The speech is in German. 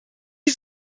uns